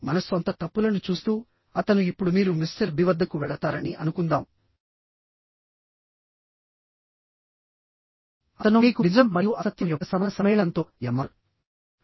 మన సొంత తప్పులను చూస్తూ అతను ఇప్పుడు మీరు మిస్టర్ బి వద్దకు వెళతారని అనుకుందాం అతను మీకు నిజం మరియు అసత్యం యొక్క సమాన సమ్మేళనంతో Mr